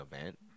event